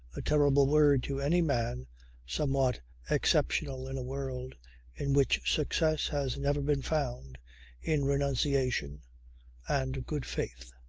a terrible word to any man somewhat exceptional in a world in which success has never been found in renunciation and good faith.